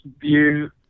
view